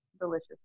delicious